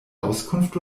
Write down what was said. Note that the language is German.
auskunft